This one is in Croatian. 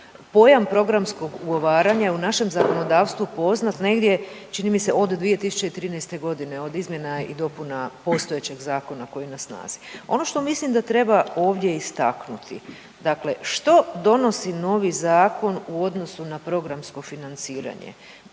pojam programskog ugovaranja u našem zakonodavstvu poznat negdje, čini mi se od 2013. g. od izmjena i dopuna postojećeg zakona koji je na snazi. Ono što mislim da treba ovdje istaknuti, dakle što donosi novi zakon u odnosu na programsko financiranje?